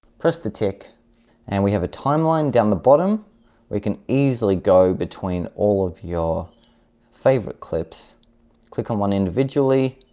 press the tick and we have a timeline down the bottom we can easily go between all of your favorite clips click on one individually